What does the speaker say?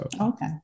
okay